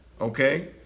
okay